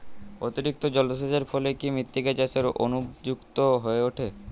অতিরিক্ত জলসেচের ফলে কি মৃত্তিকা চাষের অনুপযুক্ত হয়ে ওঠে?